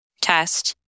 test